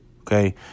okay